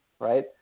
Right